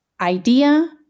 idea